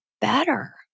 better